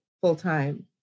full-time